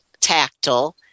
tactile